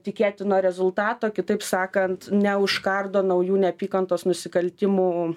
tikėtino rezultato kitaip sakant neužkardo naujų neapykantos nusikaltimų